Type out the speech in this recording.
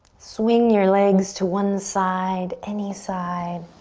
swing your legs to one side, any side,